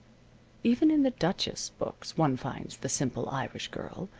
even in the duchess books one finds the simple irish girl,